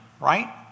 Right